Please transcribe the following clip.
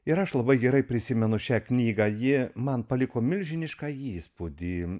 ir aš labai gerai prisimenu šią knygą ji man paliko milžinišką įspūdį